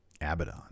Abaddon